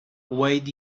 wait